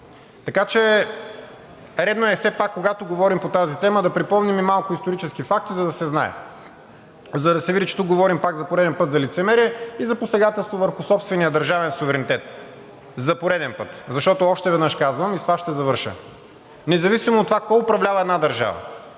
Така че е редно все пак, когато говорим по тази тема, да припомним и малко исторически факти, за да се знае, за да се види, че тук говорим пак за пореден път за лицемерие и за посегателство върху собствения държавен суверенитет. Защото, още веднъж казвам – и с това ще завърша, независимо от това кой управлява една държава